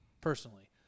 Personally